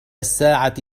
الساعة